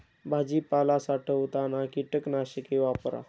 भाजीपाला साठवताना कीटकनाशके वापरा